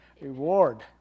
Reward